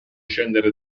scendere